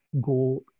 go